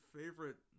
favorite